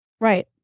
right